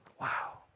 Wow